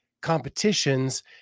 competitions